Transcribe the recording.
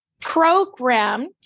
programmed